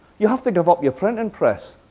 you have to give up your printing press.